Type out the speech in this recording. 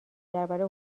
درباره